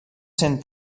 cent